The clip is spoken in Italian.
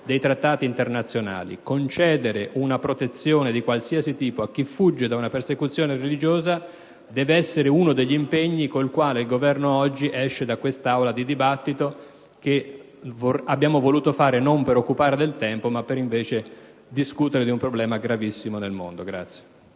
dei trattati internazionali. Concedere una protezione di qualsiasi tipo a chi fugge da una persecuzione religiosa deve essere uno degli impegni con cui il Governo oggi esce da questo dibattito d'Aula, che abbiamo voluto si svolgesse non per occupare del tempo, ma per discutere di un problema gravissimo nel mondo.